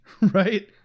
Right